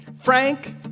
Frank